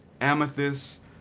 amethyst